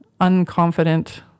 unconfident